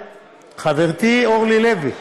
חברתי אורלי לוי,